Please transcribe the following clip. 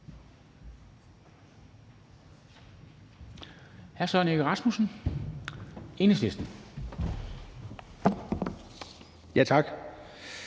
det hr. Søren Egge Rasmussen, Enhedslisten. Værsgo.